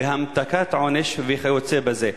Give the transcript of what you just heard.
המתקת עונש וכיוצא בזה.